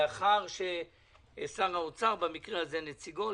לאחר ששר האוצר במקרה הזה נציגו,